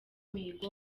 mihigo